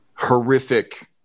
Horrific